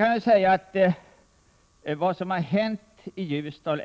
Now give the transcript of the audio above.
Allemansradions i Ljusdal